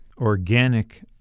organic